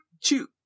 two